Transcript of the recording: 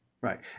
Right